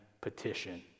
petition